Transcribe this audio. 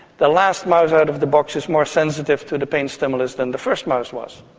the last mouse out of the box is more sensitive to the pain stimulus than the first mouse was.